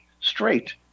straight